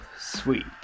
Sweet